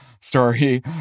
story